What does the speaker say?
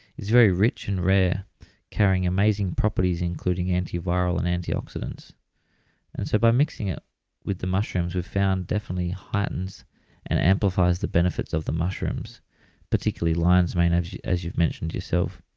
it's very rich and rare carrying amazing properties including antiviral and anti-oxidants and so by mixing it with the mushrooms we've found it definitely heightens and amplifies the benefits of the mushrooms particularly lion's mane as as you've mentioned yourself